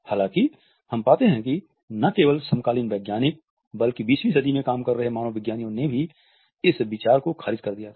हालांकि हम पाते हैं कि न केवल समकालीन वैज्ञानिक बल्कि 20 वीं शताब्दी में काम कर रहे मानव विज्ञानियों ने भी इस विचार को खारिज कर दिया था